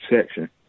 section